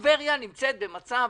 טבריה נמצאת במצב